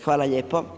Hvala lijepo.